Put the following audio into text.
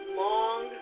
long